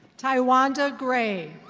taiwanta gray.